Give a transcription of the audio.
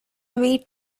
way